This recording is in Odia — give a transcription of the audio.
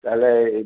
ତାହେଲେ